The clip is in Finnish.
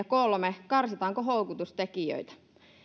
kolme karsitaanko houkutustekijöitä